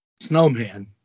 snowman